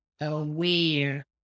aware